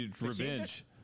Revenge